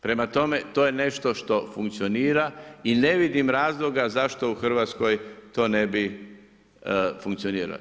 Prema tome, to je nešto što funkcionira i ne vidim razloga zašto u Hrvatskoj to ne bi funkcioniralo.